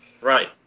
Right